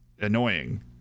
annoying